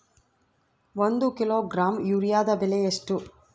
ಒಂದು ಕಿಲೋಗ್ರಾಂ ಯೂರಿಯಾದ ಬೆಲೆ ಎಷ್ಟು?